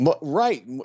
Right